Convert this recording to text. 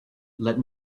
let